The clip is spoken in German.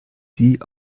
sie